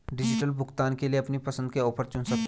digital भुगतान के लिए अपनी पसंद के ऑफर चुन सकते है